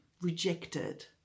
rejected